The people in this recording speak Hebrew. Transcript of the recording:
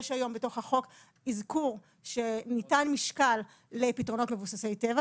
יש היום בתוך החוק אזכור לכך שניתן משקל לפתרונות מבוססי טבע,